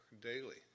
daily